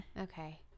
Okay